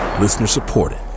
Listener-supported